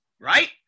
right